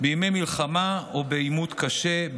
בימי מלחמה או בעימות קשה,